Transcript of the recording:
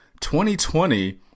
2020